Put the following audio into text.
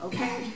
Okay